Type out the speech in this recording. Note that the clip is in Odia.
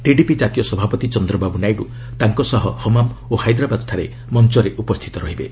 ଟିଡିପି ଜାତୀୟ ସଭାପତି ଚନ୍ଦ୍ରବାବୁ ନାଇଡୁ ତାଙ୍କ ସହ ହମାମ୍ ଓ ହାଇଦ୍ରାବାଦଠାରେ ମଞ୍ଚରେ ଉପସ୍ଥିତ ରହିବେ